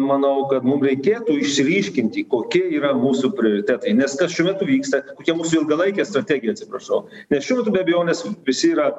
manau kad mum reikėtų išryškinti kokie yra mūsų prioritetai nes kas šiuo metu vyksta kokia mūsų ilgalaikė strategija atsiprašau nes šiuo metu be abejonės visi yra